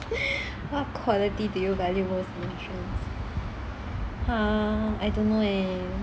what quality do you value most in your friends mm I don't know leh